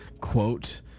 quote